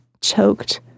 choked